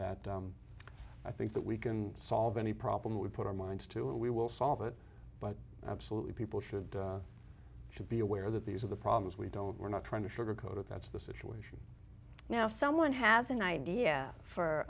that i think that we can solve any problem we put our minds to and we will solve it but absolutely people should should be aware that these are the problems we don't we're not trying to sugarcoat it that's the situation now someone has an idea for